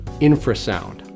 infrasound